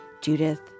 Judith